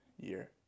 year